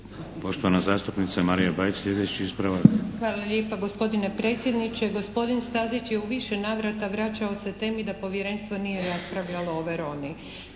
Poštovana zastupnica Marija Bajt, sljedeći ispravak. **Bajt, Marija (HDZ)** Hvala lijepa gospodine predsjedniče. Gospodin Stazić je u više navrata vraćao se temi da povjerenstvo nije raspravljalo o Veroni.